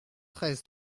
treize